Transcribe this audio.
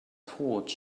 towards